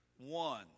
One